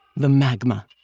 the magma.